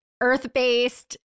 earth-based